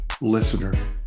listener